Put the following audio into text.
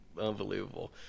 Unbelievable